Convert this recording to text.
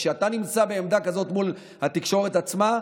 וכשאתה נמצא בעמדה כזאת מול התקשורת עצמה,